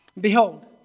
Behold